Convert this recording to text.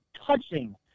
touching